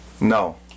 No